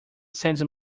sends